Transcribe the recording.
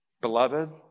beloved